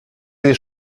sie